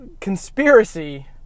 conspiracy